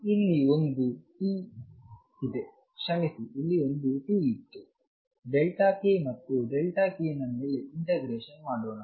ಇಲ್ಲಿ ಒಂದು t ಇದೆ ಕ್ಷಮಿಸಿ ಇಲ್ಲಿ ಒಂದು t ಇತ್ತು kಮತ್ತು k ನ ಮೇಲೆ ಇಂಟಗ್ರೇಶನ್ ಮಾಡೋಣ